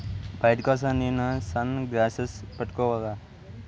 style కోసం నేను sunglasses పట్టుకోవాలా